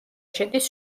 შედის